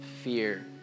fear